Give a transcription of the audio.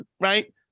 right